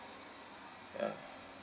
ya